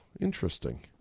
Interesting